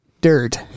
dirt